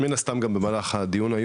מן הסתם גם במהלך הדיון,